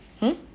!huh!